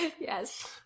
Yes